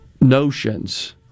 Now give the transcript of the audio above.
notions